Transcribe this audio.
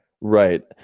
Right